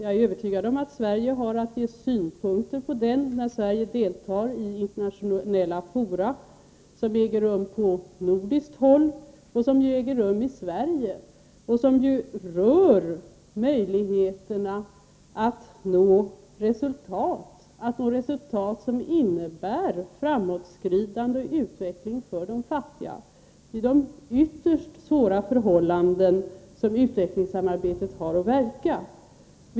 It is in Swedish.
Jag är övertygad om att Sverige har att ge synpunkter på den internationella debatten när Sverige deltar i internationella fora och i möten inom Norden. Det gäller ju möjligheterna att nå resultat som innebär framåtskridande och utveckling för de fattiga, i de ytterst svåra förhållanden som utvecklingssamarbetet har att verka i.